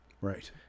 Right